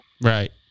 right